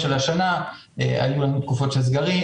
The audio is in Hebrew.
יש עוד תכנית שגם היא באותה תכנית תקציבית.